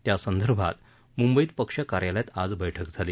त्यासंदर्भात मुंबईत पक्ष कार्यालयात आज बैठक झाली